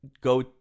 go